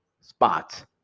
spots